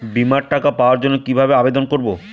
বিমার টাকা পাওয়ার জন্য কিভাবে আবেদন করব?